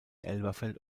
elberfeld